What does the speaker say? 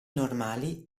normali